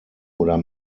oder